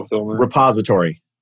Repository